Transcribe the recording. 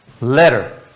letter